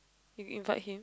you invite him